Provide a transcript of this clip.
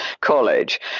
college